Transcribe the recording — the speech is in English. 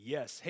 Yes